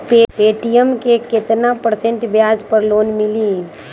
Paytm मे केतना percent ब्याज पर लोन मिली?